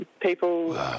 People